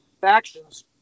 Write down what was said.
factions